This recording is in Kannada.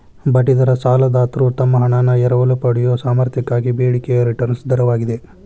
ಬಡ್ಡಿ ದರ ಸಾಲದಾತ್ರು ತಮ್ಮ ಹಣಾನ ಎರವಲು ಪಡೆಯಯೊ ಸಾಮರ್ಥ್ಯಕ್ಕಾಗಿ ಬೇಡಿಕೆಯ ರಿಟರ್ನ್ ದರವಾಗಿದೆ